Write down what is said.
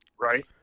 right